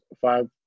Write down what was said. Five